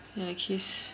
like his